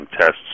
tests